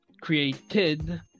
created